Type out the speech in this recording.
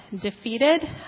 defeated